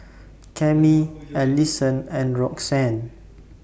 Cammie Allisson and Roxann